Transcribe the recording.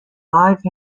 live